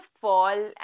fall